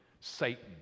satan